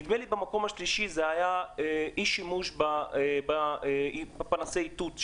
נדמה לי שבמקום השלישי זה היה אי-שימוש בפנסי האיתות,